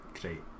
great